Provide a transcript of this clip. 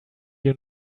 you